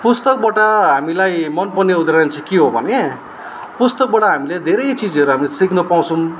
पुस्तकबाट हामीलाई मनपर्ने उदाहरण चाहिँ के हो भने पुस्तकबाट हामीले धेरै चिजहरू हामी सिक्न पाउँछौँ